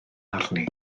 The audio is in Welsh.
arni